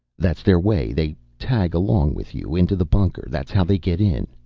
that's their way. they tag along with you. into the bunker. that's how they get in.